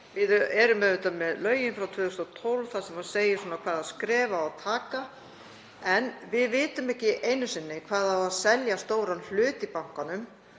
Við erum auðvitað með lögin frá 2012 þar sem segir hvaða skref eigi að taka, en við vitum ekki einu sinni hvað á að selja stóran hlut í bankanum